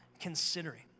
considering